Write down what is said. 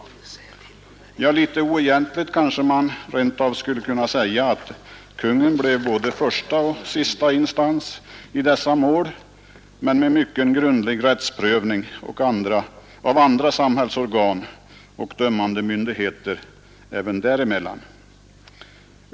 Litet oegentligt kanske man rent av skulle kunna säga, att Kungl. Maj:t bleve både första och sista instans i dessa mål men med mycken grundlig rättsprövning av andra samhällsorgan och dömande myndigheter även däremellan.